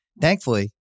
Thankfully